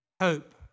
hope